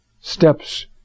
steps